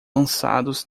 lançados